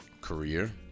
career